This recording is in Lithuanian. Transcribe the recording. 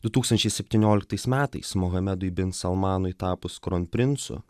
du tūkstančiai septynioliktais metais muhamedui bin salmanui tapus kronprincu